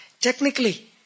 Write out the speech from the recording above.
Technically